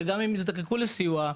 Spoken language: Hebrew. שגם יזדקקו לסיוע,